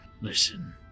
listen